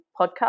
podcast